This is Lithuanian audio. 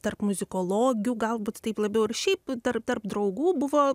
tarp muzikologių galbūt taip labiau ir šiaip tarp tarp draugų buvo